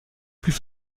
plus